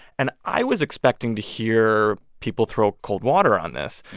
and i was expecting to hear people throw cold water on this.